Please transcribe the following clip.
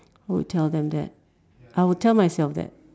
would tell them that I would tell myself that